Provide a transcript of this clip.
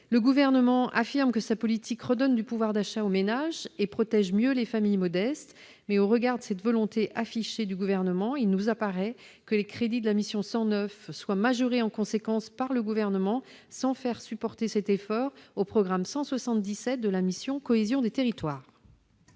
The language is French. Le Gouvernement affirme que sa politique redonne du pouvoir d'achat aux ménages et protège mieux les familles modestes, mais, au regard de cette volonté affichée, il nous paraît nécessaire que les crédits du programme 109 soient majorés en conséquence par le Gouvernement, sans faire supporter cet effort au programme 177 de la mission. Quel est l'avis